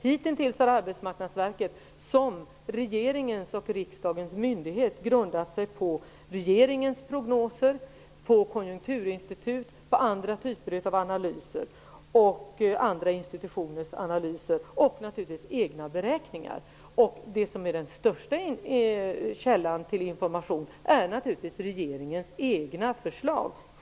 Hittills har Arbetsmarknadsverket som regeringens och riksdagens myndighet grundat sig på regeringens prognoser samt på Konjunkturinstitutets och andra institutioners analyser liksom naturligtvis på egna beräkningar. Den största källan till information är naturligtvis regeringens egna förslag.